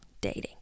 dating